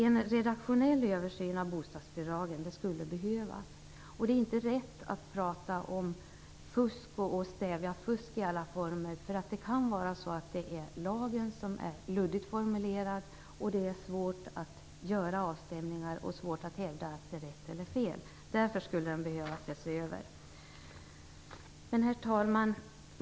En redaktionell översyn av bostadsbidragen skulle behövas. Det är inte rätt att prata om att stävja fusk i alla former. Det kan vara så att det är lagen som är luddigt formulerad. Det kan vara svårt att göra avstämningar och hävda vad som är rätt eller fel. Därför skulle den behöva ses över. Herr talman!